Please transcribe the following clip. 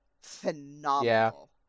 phenomenal